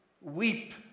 weep